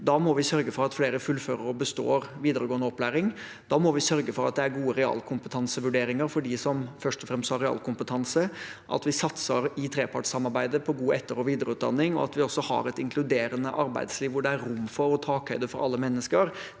Da må vi sørge for at flere fullfører og består videregående opplæring. Da må vi sørge for at det er gode realkompetansevurderinger for dem som først og fremst har realkompetanse – at vi i trepartssamarbeidet satser på god etter- og videreutdanning, og at vi har et inkluderende arbeidsliv hvor det er rom og takhøyde for alle mennesker.